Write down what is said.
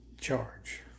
charge